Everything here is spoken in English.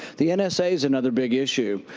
the and nsa is another big issue.